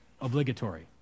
obligatory